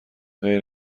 غیر